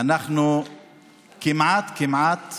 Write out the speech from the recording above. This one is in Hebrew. אנחנו כמעט כמעט